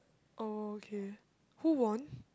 oh okay who won